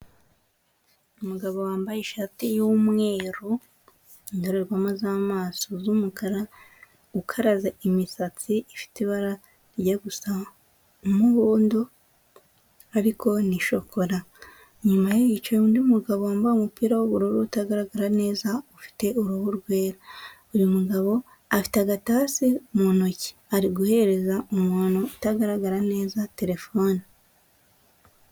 Umugabo wambaye ishati y'umweru, indorerwamo z'amaso z'umukara, ukaraze imisatsi ifite ibara rijya gusa umuhundo, ariko ni shokora. Inyuma ye hicaye undi mugabo wambaye umupira w'ubururu utagaragara neza ufite uruhu rwera. Uyu mugabo afite agatase mu ntoki ariguhereza umuntu utagaragara neza terefone.